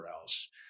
else